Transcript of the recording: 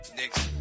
next